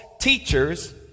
teachers